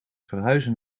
verhuizen